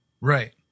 right